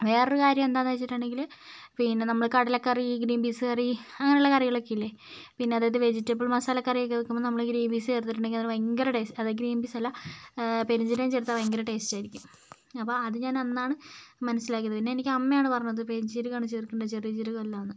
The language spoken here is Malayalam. വേറൊരു കാര്യം എന്താണെന്ന് വെച്ചിട്ടുണ്ടെങ്കിൽ പിന്നെ നമ്മൾ കടലക്കറി ഗ്രീൻ പീസ് കറി അങ്ങനെയുള്ള കറികളൊക്കെയില്ലേ പിന്നെ അതായത് വെജിറ്റബിൾ മസാലക്കറിയൊക്കെ വെക്കുമ്പോൾ നമ്മൾ ഗ്രീൻ പീസ് ചേർത്തിട്ടുണ്ടെങ്കിൽ അതിന് ഭയങ്കര ടേസ്റ്റ് അതെ ഗ്രീൻ പീസല്ല പെരുംജീരകം ചേർത്താൽ ഭയങ്കര ടേസ്റ്റായിരിക്കും അപ്പം അത് ഞാൻ അന്നാണ് മനസ്സിലാക്കിയത് പിന്നെ എനിക്ക് അമ്മയാണ് പറഞ്ഞത് പെരുംജീരകമാണ് ചേർക്കേണ്ടത് ചെറിയ ജീരകം അല്ലയെന്ന്